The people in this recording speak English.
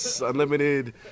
unlimited